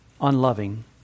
unloving